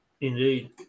Indeed